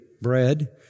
bread